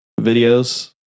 videos